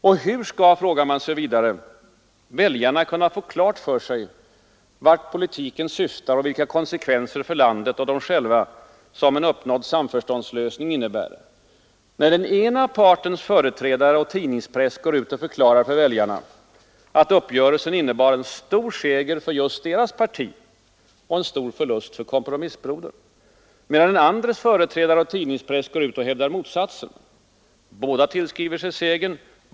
Och hur skall väljarna, frågar man sig vidare, kunna få klart för sig vart politiken syftar och vilka konsekvenser för landet och dem själva som en uppnådd samförståndslösning innebär, när den ena partens företrädare och tidningspress går ut och förklarar för väljarna, att uppgörelsen innebar en stor seger för just deras parti och en stor förlust för kompromissbrodern, medan den andras företrädare och tidningspress går ut och hävdar motsatsen? Båda tillskriver sig segern.